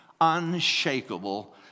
Unshakable